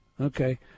Okay